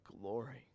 glory